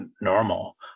normal